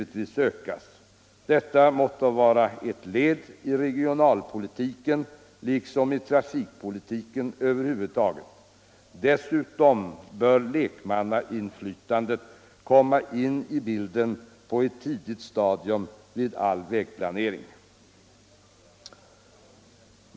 Detta = Anslag tillvägväsenmåste vara ett led i regionalpolitiken liksom i trafikpolitiken över huvud = det, m.m. taget. Dessutom bör lekmannainflytande komma på ett mycket tidigt stadium i all vägplanering.